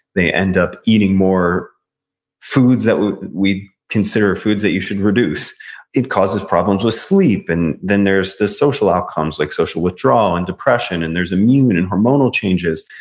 they end up eating more foods that we consider foods that you should reduce it causes problems with sleep, and then there's the social outcomes, like social withdrawal, and depression, and there's immune and hormonal changes.